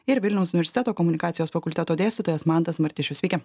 ir vilniaus universiteto komunikacijos fakulteto dėstytojas mantas martišius sveiki